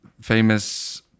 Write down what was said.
famous